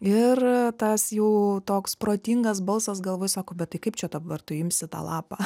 ir tas jau toks protingas balsas galvoj sako bet tai kaip čia dabar tu imsi tą lapą